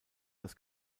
das